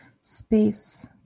space